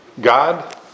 God